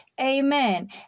amen